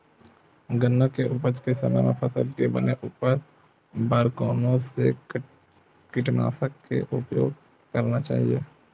गन्ना के उपज के समय फसल के बने उपज बर कोन से कीटनाशक के उपयोग करना चाहि?